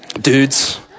Dudes